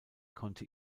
konnte